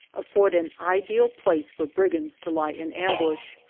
afford an ideal place for brigands to lie in ambush.